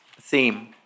theme